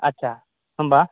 आटसा होम्बा